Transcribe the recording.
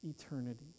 eternity